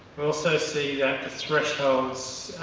we also see that the thresholds